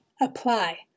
apply